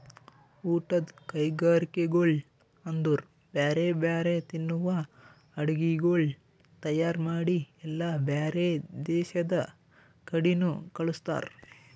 ಊಟದ್ ಕೈಗರಿಕೆಗೊಳ್ ಅಂದುರ್ ಬ್ಯಾರೆ ಬ್ಯಾರೆ ತಿನ್ನುವ ಅಡುಗಿಗೊಳ್ ತೈಯಾರ್ ಮಾಡಿ ಎಲ್ಲಾ ಬ್ಯಾರೆ ದೇಶದ ಕಡಿನು ಕಳುಸ್ತಾರ್